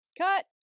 Cut